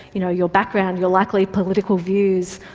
you know, your background, your likely political views,